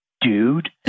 dude